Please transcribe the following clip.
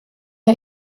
der